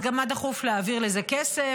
אז גם מה דחוף להעביר לזה כסף.